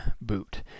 boot